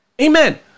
Amen